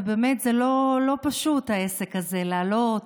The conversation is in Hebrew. באמת זה לא פשוט העסק הזה: לעלות,